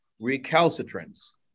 recalcitrance